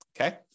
Okay